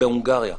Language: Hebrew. בהונגריה.